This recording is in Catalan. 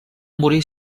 morir